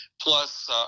plus